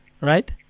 right